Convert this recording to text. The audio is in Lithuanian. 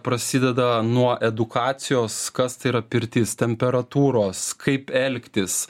prasideda nuo edukacijos kas tai yra pirtis temperatūros kaip elgtis